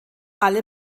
alle